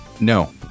No